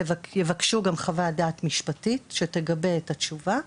יבקשו גם חוות דעת משפטית שתגבה את התשובה,